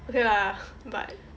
okay lah but